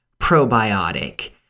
probiotic